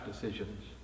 decisions